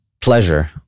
pleasure